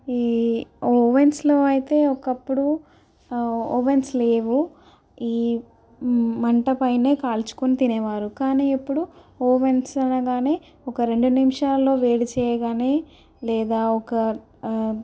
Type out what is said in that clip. ఈ ఓవెన్స్లో అయితే ఒకప్పుడు ఓవెన్స్ లేవు ఈ మంట పైనే కాల్చుకొని తినేవారు కానీ ఇప్పుడు ఓవెన్సు అనగానే ఒక రెండు నిమిషాల్లో వేడి చేయగానే లేదా ఒక